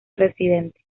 residente